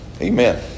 Amen